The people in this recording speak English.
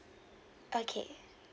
okay